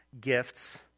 gifts